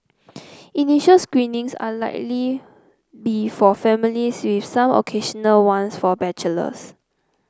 initial screenings are likely be for families with some occasional ones for bachelors